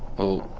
oh,